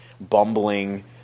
bumbling